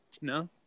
No